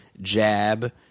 Jab